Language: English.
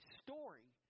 story